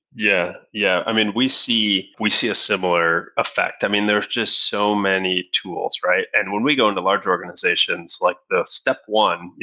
yeah. yeah i mean, we see we see a similar effect. i mean, there's just so many tools. and when we go into large organization, like the step one,